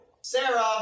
Sarah